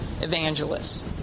evangelists